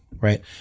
right